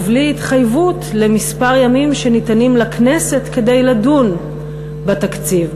ובלי התחייבות למספר הימים שניתנים לכנסת כדי לדון בתקציב.